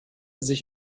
sich